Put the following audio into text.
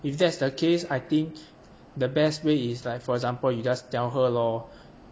if that's the case I think the best way is like for example you just tell her lor